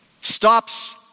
stops